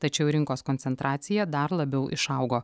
tačiau rinkos koncentracija dar labiau išaugo